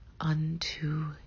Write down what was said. unto